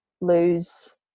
lose